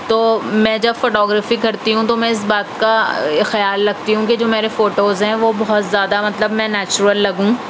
تو میں جب فوٹو گرافی کرتی ہوں تو میں اِس بات کا خیال رکھتی ہوں کہ جو میرے فوٹوز ہیں وہ بہت زیادہ مطلب میں نیچورل لگوں